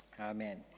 Amen